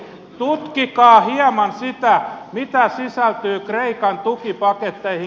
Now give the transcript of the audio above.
tutkikaa hieman sitä mitä sisältyy kreikan tukipaketteihin